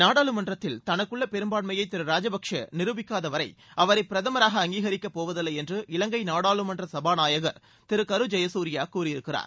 நாடாளுமன்றத்தில் தனக்குள்ள பெரும்பான்மையை திரு ராஜபக்சே நிருபிக்காத வரை அவரை பிரதமராக அங்கீகிக்க போவதில்லை என்று இலங்கை நாடாளுமன்ற சபாநாயகர் திரு கரு ஜெயகுரியா கூறியிருக்கிறார்